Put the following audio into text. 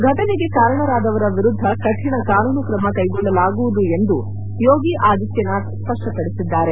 ಘಟನೆಗೆ ಕಾರಣರಾದವರ ವಿರುದ್ದ ಕಠಣ ಕಾನೂನು ಕ್ರಮ ಕೈಗೊಳ್ಳಲಾಗುವುದು ಎಂದು ಯೋಗಿ ಆದಿತ್ಲನಾಥ್ ಸ್ಪಷ್ಪಡಿಸಿದ್ದಾರೆ